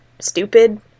stupid